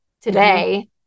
today